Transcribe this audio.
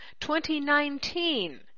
2019